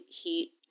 heat